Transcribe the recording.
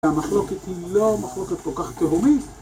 המחלוקת היא לא מחלוקת כל כך תהומית